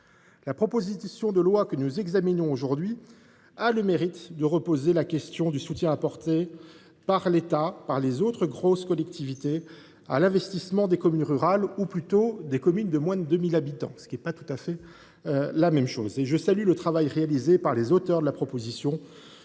La proposition de loi que nous examinons aujourd’hui a le mérite de reposer la question du soutien apporté par l’État et les autres collectivités importantes à l’investissement des communes rurales, ou plutôt des communes de moins de 2 000 habitants, ce qui n’est pas tout à fait la même chose. Je salue le travail réalisé par les auteurs de la proposition,